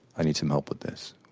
i need some help with this.